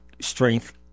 strength